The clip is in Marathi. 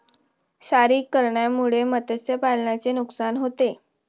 क्षारीकरणामुळे मत्स्यपालनाचे नुकसान होते